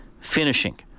finishing